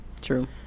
True